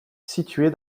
située